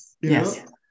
yes